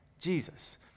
Jesus